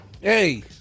Hey